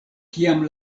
kiam